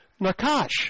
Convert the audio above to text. nakash